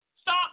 Stop